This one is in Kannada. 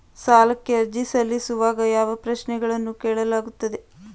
ಸಾಲಕ್ಕೆ ಅರ್ಜಿ ಸಲ್ಲಿಸುವಾಗ ಯಾವ ಪ್ರಶ್ನೆಗಳನ್ನು ಕೇಳಲಾಗುತ್ತದೆ?